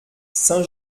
saint